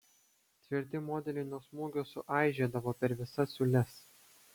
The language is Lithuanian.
tvirti modeliai nuo smūgio suaižėdavo per visas siūles